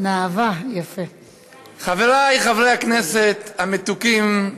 חבריי חברי הכנסת המתוקים,